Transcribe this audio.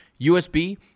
usb